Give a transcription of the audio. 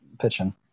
pitching